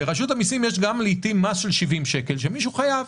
לרשות המיסים יש לעיתים גם מס של 70 שקל שמישהו חייב,